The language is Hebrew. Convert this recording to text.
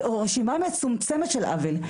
זו רשימה מצומצמת של עוול.